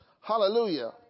Hallelujah